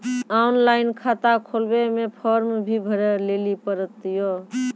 Online खाता खोलवे मे फोर्म भी भरे लेली पड़त यो?